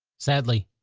sadly,